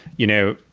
you know,